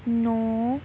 ਨੌਂ